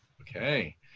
Okay